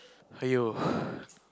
!aiyo!